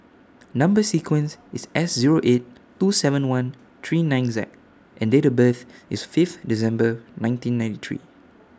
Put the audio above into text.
Number sequence IS S Zero eight two seven one three nine Z and Date of birth IS Fifth December nineteen ninety three